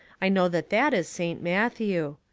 i know that that is saint matthew.